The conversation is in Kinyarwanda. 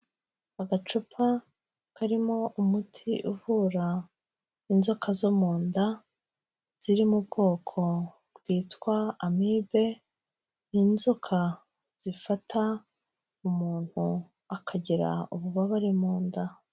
Agacupa karimo umuti uvura inzoka zo mu nda, ziri mu bwoko bwitwa Amibe, ni inzoka zifata umuntu akagira ububabare mu nda.